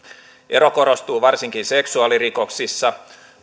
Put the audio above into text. ero korostuu varsinkin seksuaalirikoksissa